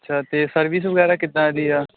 ਅੱਛਾ ਅਤੇ ਸਰਵਿਸ ਵਗੈਰਾ ਕਿੱਦਾਂ ਇਹ ਦੀ ਆ